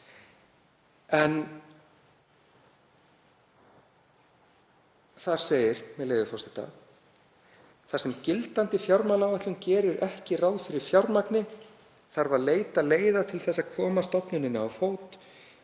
en þar segir, með leyfi forseta: „Þar sem gildandi fjármálaáætlun gerir ekki ráð fyrir fjármagni þarf að leita leiða til þess að koma stofnuninni á fót